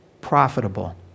profitable